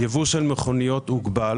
יבוא של מכוניות הוגבל.